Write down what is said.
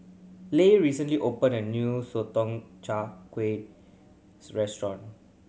Leah recently opened a new Sotong Char Kway restaurant